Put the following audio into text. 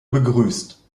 begrüßt